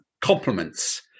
compliments